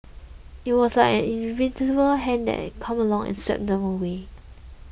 it was like an invisible hand come along and swept them away